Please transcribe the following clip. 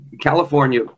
California